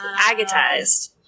agatized